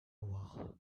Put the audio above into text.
wall